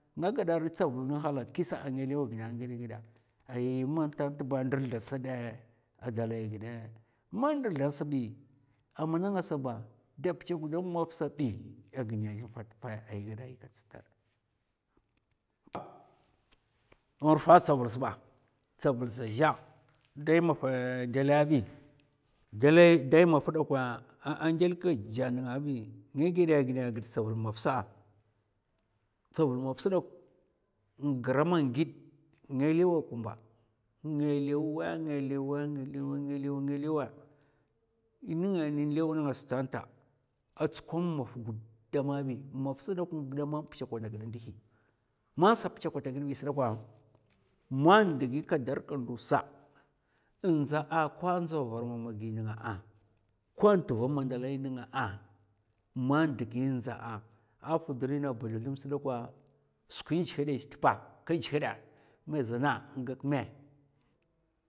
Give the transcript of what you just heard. Nga ngada rai tsavuln nhalakisa nga lèwa gina nga ghèdè gada ay ma ntanat ba a ndrzla sa'dè man ndrzla sbi, amana ngasa ba da ptchukda mu maf sabi a gina zaf tpa a gada ginè nrufa tsavul sba, tsavulsa zha dai mafa gèlè bi, dèlai dai maf dakwa a ndèl kèja nènga bi, nga gèda gid tsavul maf sa. tsavul maf sdok n'gra mang gid nga lèwa kumba nga lèwa nga lèwa nga lèwa ngalèwngalèwa nènga nan nlèw nga sta tanta, a tsukwa mu maf gudam a'mbi mafs dok a gida ma ptchukwana gida ndi hi, man saptchukwata gid bi sdakwa, man digi kada rakka ndusa nzda'a kwa ndza var mamagina kwa tva madalai na, man ndi ndza'a, a fd rina a botholum sda kwa, skwin djèhèdè zhè tpa ka djèhèdè mè zana? N'gag mè?